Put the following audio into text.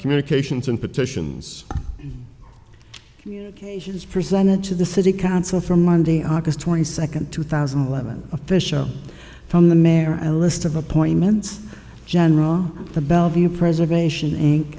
communications and petitions has presented to the city council for monday august twenty second two thousand and eleven official from the mayor a list of appointments general the bellevue preservation